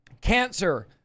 cancer